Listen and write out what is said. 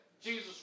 Jesus